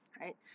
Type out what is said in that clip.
right